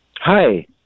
hi